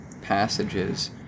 passages